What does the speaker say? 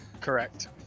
Correct